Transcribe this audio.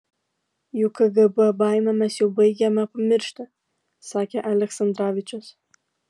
juk kgb baimę mes jau baigiame pamiršti sakė aleksandravičius